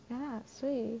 ya lah 所以